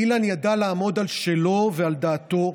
אילן ידע לעמוד על שלו ועל דעתו,